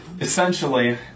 Essentially